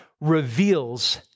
reveals